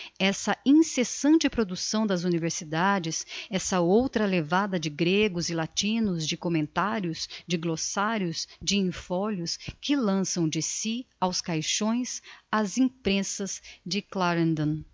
essa incessante producção das universidades essa outra levada de gregos e latinos de commentarios de glossarios de in folios que lançam de si aos caixões as imprensas de